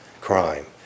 crime